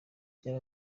byaba